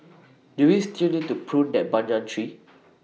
do we still need to prune that banyan tree